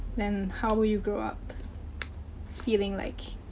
then, how will you grow up feeling like.